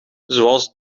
zoals